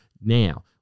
now